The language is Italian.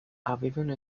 avevano